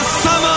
summer